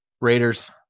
Raiders